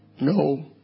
No